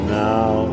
now